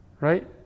Right